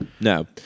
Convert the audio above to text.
no